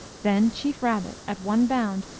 then chief rabbit, at one bound,